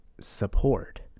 support